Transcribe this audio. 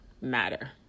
matter